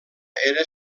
era